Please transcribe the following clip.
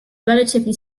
relatively